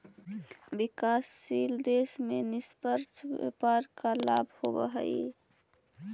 विकासशील देशों में निष्पक्ष व्यापार का लाभ होवअ हई